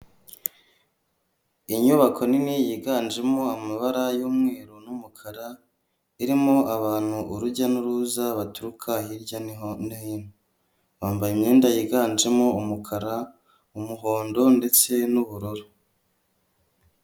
Inyubako nini yiganjemo amabara y'umweru n'umukara, irimo abantu urujya n'uruza baturuka hirya no hino, bambaye imyenda yiganjemo umukara umuhondo ndetse n'ubururu.